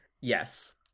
yes